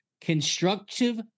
constructive